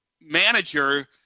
manager